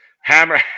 hammer